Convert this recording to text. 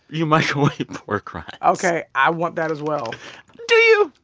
you microwave pork rinds ok, i want that as well do you?